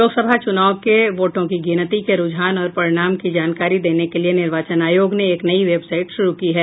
लोकसभा चुनाव के वोटों की गिनती के रूझान और परिणाम की जानकारी देने के लिए निर्वाचन आयोग ने एक नई वेबसाइट शुरू की है